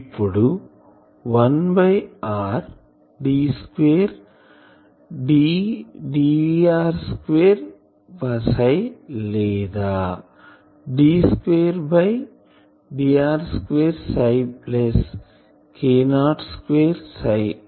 ఇప్పుడు 1r d2dr2ψ లేదా d2dr2ψ k02 ψ 0 అనిచెప్పవచ్చు